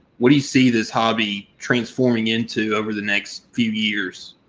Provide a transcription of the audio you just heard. what do you see this hobby transforming into over the next few years?